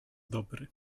dobry